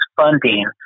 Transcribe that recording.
funding